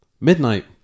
midnight